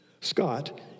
Scott